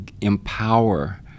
empower